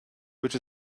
which